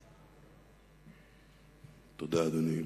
תודה, אדוני.